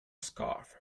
scarf